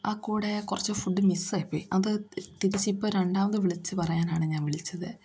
ആ കൂടെ കുറച്ച് ഫുഡ് മിസ്സായിപ്പോയി അത് തിരിച്ചിപ്പൊ രണ്ടാമത് വിളിച്ച് പറയാനാണ് ഞാൻ വിളിച്ചത്